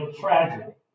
tragic